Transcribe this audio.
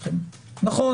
נכון,